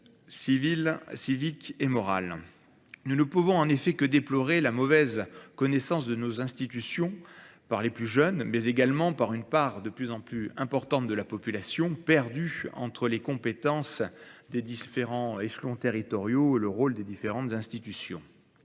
civiques et morales. Nous ne pouvons en effet que déplorer la mauvaise connaissance de nos institutions par les plus jeunes, mais également par une part de plus en plus importante de la population, perdue entre les compétences des différents échelons territoriaux et le rôle des différentes institutions.